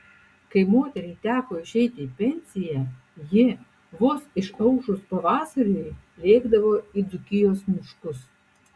kai moteriai teko išeiti į pensiją ji vos išaušus pavasariui lėkdavo į dzūkijos miškus